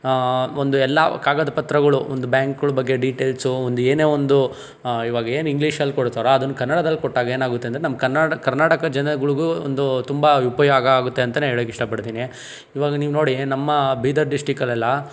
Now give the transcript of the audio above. ಒಂದು ಎಲ್ಲ ಕಾಗದ ಪತ್ರಗಳು ಒಂದು ಬ್ಯಾಂಕ್ಗಳ ಬಗ್ಗೆ ಡೀಟೇಲ್ಸು ಒಂದು ಏನೇ ಒಂದು ಇವಾಗ ಏನು ಇಂಗ್ಲೀಷಲ್ಲಿ ಕೊಡ್ತಾರೋ ಅದನ್ನು ಕನ್ನಡದಲ್ಲಿ ಕೊಟ್ಟಾಗ ಏನಾಗುತ್ತೆ ಅಂದರೆ ನಮ್ಮ ಕನ್ನಡ ಕರ್ನಾಟಕ ಜನಗಳಿಗೂ ಒಂದು ತುಂಬ ಉಪಯೋಗ ಆಗುತ್ತೆ ಅಂತಾನೆ ಹೇಳೋಕ್ಕೆ ಇಷ್ಟಪಡ್ತೀನಿ ಇವಾಗ ನೀವು ನೋಡಿ ನಮ್ಮ ಬೀದರ್ ಡಿಸ್ಟಿಕಲೆಲ್ಲ